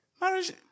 marriage